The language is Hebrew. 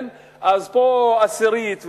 אז פה עשירית,